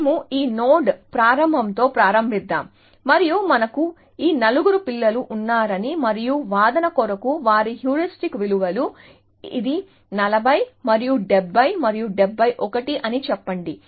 మేము ఈ నోడ్ ప్రారంభంతో ప్రారంభిద్దాం మరియు మనకు ఈ నలుగురు పిల్లలు ఉన్నారని మరియు వాదన కొరకు వారి హ్యూరిస్టిక్ విలువలు ఇది 40 మరియు 70 మరియు 71 అని చెప్పండి